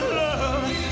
love